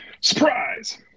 Surprise